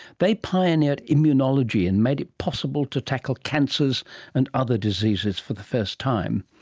they pioneered immunology and made it possible to tackle cancers and other diseases for the first time.